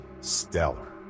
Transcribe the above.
stellar